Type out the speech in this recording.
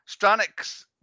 Stranix